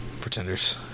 Pretenders